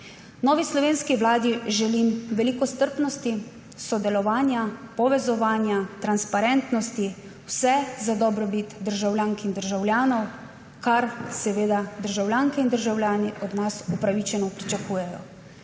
Novi slovenski vladi želim veliko strpnosti, sodelovanja, povezovanja, transparentnosti, vse za dobrobit državljank in državljanov, kar seveda državljanke in državljani od nas upravičeno pričakujejo.